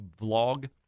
vlog